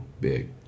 big